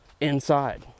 inside